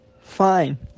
Fine